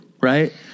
right